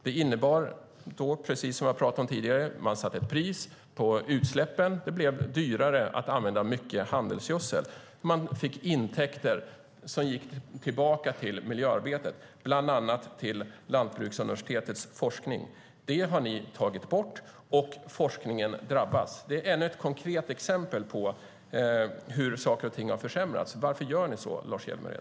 Det innebar då, precis som vi har pratat om tidigare, att man satte ett pris på utsläppen. Det blev dyrare att använda mycket handelsgödsel. Man fick intäkter som gick tillbaka till miljöarbetet, bland annat till Lantbruksuniversitetets forskning. Det har ni tagit bort, och forskningen drabbas. Det är ännu ett konkret exempel på hur saker och ting har försämrats. Varför gör ni så, Lars Hjälmered?